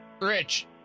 Rich